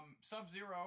Sub-Zero